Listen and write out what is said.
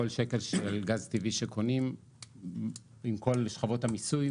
כל שקל של גז טבעי שקונים עם כל שכבות המיסוי,